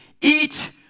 eat